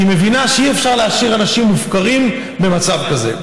כי היא מבינה שאי-אפשר להשאיר אנשים מופקרים במצב כזה.